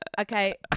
Okay